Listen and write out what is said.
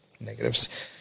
Negatives